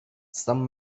some